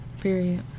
period